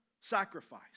sacrifice